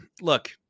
Look